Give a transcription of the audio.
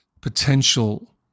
potential